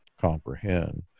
comprehend